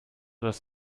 dass